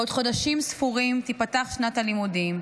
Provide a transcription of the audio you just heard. בעוד חודשים ספורים תיפתח שנת הלימודים,